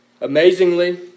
Amazingly